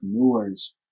entrepreneurs